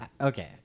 okay